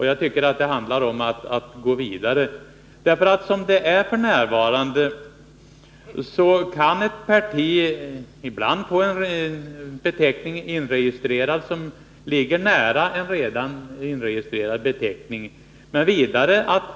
Jag tycker att det handlar om att gå vidare på den linjen. Som det är f. n. kan ett parti ibland få en beteckning inregistrerad som är mycket lika en redan inregistrerad beteckning.